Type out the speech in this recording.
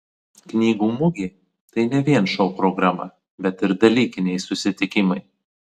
knygų mugė tai ne vien šou programa bet ir dalykiniai susitikimai